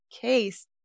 case